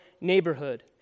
neighborhood